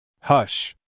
Hush